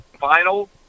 final